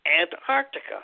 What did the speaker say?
Antarctica